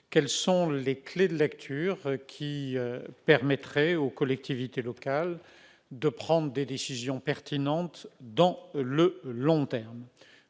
Quelles sont les clés de lecture qui permettraient aux collectivités locales de prendre des décisions pertinentes sur le long terme ?